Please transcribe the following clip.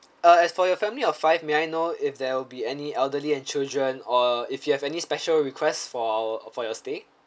uh as for your family of five may I know if there'll be any elderly and children or if you have any special requests for our for your stay